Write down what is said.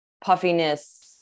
puffiness